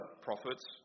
prophets